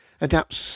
adapts